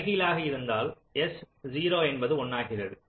தலைகீழாக இருந்தால் S 0 என்பது 1 ஆகிறது